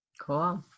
Cool